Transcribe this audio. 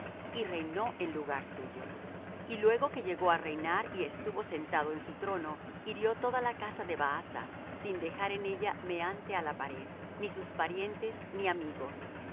y reinó en lugar suyo y luego que llegó á reinar y estuvo sentado en su trono hirió toda la casa de baasa sin dejar en ella meante á la pared ni sus parientes ni amigos